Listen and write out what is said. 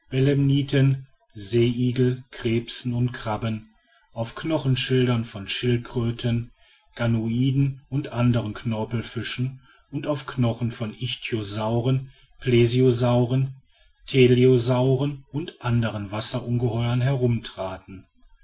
seeigeln krebsen und krabben auf knochenschildern von schildkröten ganoiden und anderen knorpelfischen und auf knochen von ichtyosauren plesiosauren teleosauren und anderen wasserungeheuern herumtraten